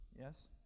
yes